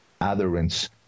adherence